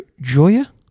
joya